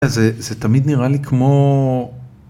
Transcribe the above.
זה תמיד נראה לי כמו...